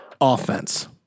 offense